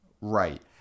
Right